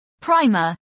Primer